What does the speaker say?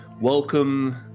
welcome